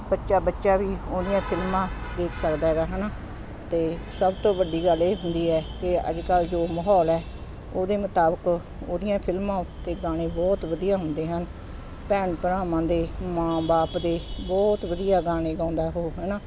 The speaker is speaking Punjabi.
ਬੱਚਾ ਬੱਚਾ ਵੀ ਉਹਦੀਆਂ ਫਿਲਮਾਂ ਦੇਖ ਸਕਦਾ ਹੈਗਾ ਹੈ ਨਾ ਅਤੇ ਸਭ ਤੋਂ ਵੱਡੀ ਗੱਲ ਇਹ ਹੁੰਦੀ ਹੈ ਕਿ ਅੱਜ ਕੱਲ੍ਹ ਜੋ ਮਾਹੌਲ ਹੈ ਉਹਦੇ ਮੁਤਾਬਿਕ ਉਹਦੀਆਂ ਫਿਲਮਾਂ ਅਤੇ ਗਾਣੇ ਬਹੁਤ ਵਧੀਆ ਹੁੰਦੇ ਹਨ ਭੈਣ ਭਰਾਵਾਂ ਦੇ ਮਾਂ ਬਾਪ ਦੇ ਬਹੁਤ ਵਧੀਆ ਗਾਣੇ ਗਾਉਂਦਾ ਉਹ ਹੈ ਨਾ